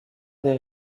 des